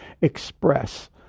express